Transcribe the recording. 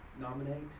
nominate